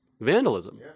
Vandalism